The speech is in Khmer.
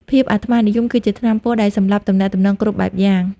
ភាពអាត្មានិយមគឺជាថ្នាំពុលដែលសម្លាប់ទំនាក់ទំនងគ្រប់បែបយ៉ាង។